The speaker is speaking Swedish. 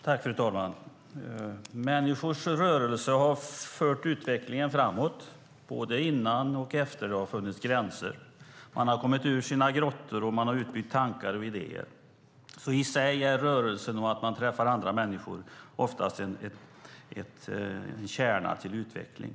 Fru talman! Människors rörelse har fört utvecklingen framåt, både innan det fanns gränser och därefter. Man har kommit ur sina grottor, och man har utbytt tankar och idéer. I sig är rörelsen och att man träffar andra människor oftast en kärna till utveckling.